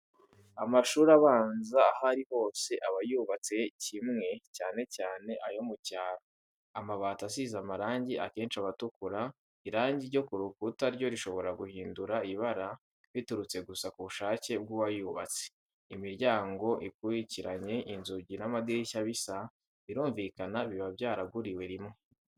Amashuri abanza aho ari hose aba yubatse kimwe cyane cyane ayo mu cyaro, amabati asize amarangi akenshi aba atukura, irangi ryo ku rukuta ryo rishobora guhindura ibara biturutse gusa ku bushake bw'uwayubatse, imiryango ikurikiranye, inzugi n'amadirishya bisa, birumvikana biba byaraguriwe rimwe.